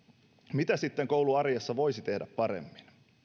mitä sitten koulun arjessa voisi tehdä paremmin